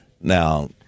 now